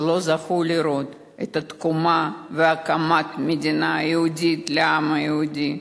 שלא זכו לראות את התקומה והקמת מדינה יהודית לעם היהודי.